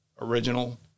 original